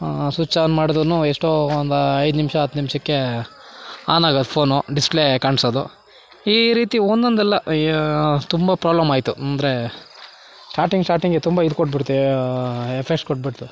switch on ಮಾಡ್ದುನೂ ಎಷ್ಟೋ ಒಂದು ಐದು ನಿಮಿಷ ಹತ್ತು ನಿಮಿಷಕ್ಕೆ ಆನ್ ಆಗೋದು ಫೋನು ಡಿಸ್ಪ್ಲೇ ಕಾಣಿಸೋದು ಈ ರೀತಿ ಒನ್ನೊಂದು ಅಲ್ಲ ಯ ತುಂಬ ಪ್ರೋಬ್ಲಮ್ ಆಯಿತು ಅಂದರೆ ಸ್ಟಾರ್ಟಿಂಗ್ ಸ್ಟಾರ್ಟಿಂಗೇ ತುಂಬ ಇದು ಕೊಟ್ಬಿಡ್ತು ಎಫೆಕ್ಟ್ಸ್ ಕೊಟ್ಬಿಡ್ತು